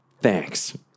Thanks